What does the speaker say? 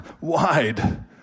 wide